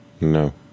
No